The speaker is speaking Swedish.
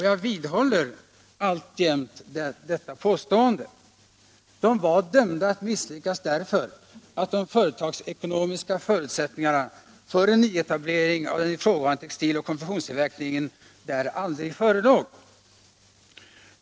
Jag vidhåller alltjämt detta påstående. De var dömda att misslyckas därför att de företagsekonomiska förutsättningarna för en nyetablering där av den ifrågavarande textiloch konfektionstillverkningen aldrig förelåg.